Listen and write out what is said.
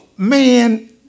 Man